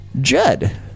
Judd